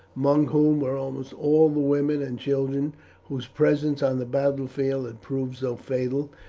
among whom were almost all the women and children whose presence on the battlefield had proved so fatal,